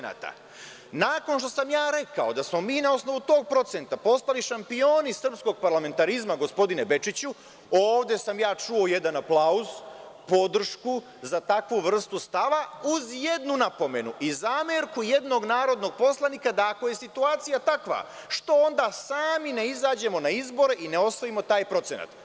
Nakon što sam rekao da smo mi na osnovu tog procenta postali šampioni srpskog parlamentarizma, gospodine Bečiću, ovde sam čuo jedan aplauz, podršku za takvu vrstu stava, uz jednu napomenu i zamerku jednog narodnog poslanika da ako je situacija takva, što onda sami ne izađemo na izbore i ne osvojimo taj procenat.